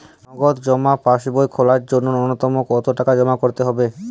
নগদ জমা পাসবই খোলার জন্য নূন্যতম কতো টাকা জমা করতে হবে?